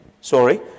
Sorry